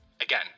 again